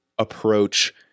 approach